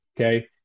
Okay